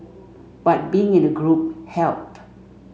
but being in a group helped